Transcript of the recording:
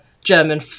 German